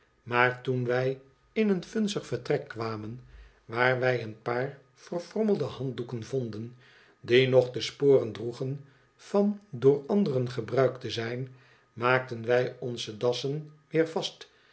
maar toen wij in een vunzig vertrek kwamen waar wij een paar verfrommelde handdoeken vonden die nog de sporen droegen van door anderen gebruikt te zijn maakten wij onze dassen weer vast